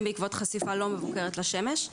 חשיפה לא מבוקרת לשמש.